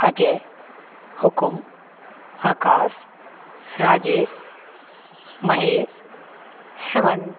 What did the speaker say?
Ajay Hukum Akash Rajesh Mahesh Hemant